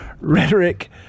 Rhetoric